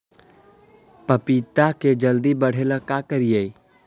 पपिता के जल्दी बढ़े ल का करिअई?